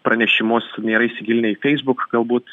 pranešimus nėra įsigilinę į facebook galbūt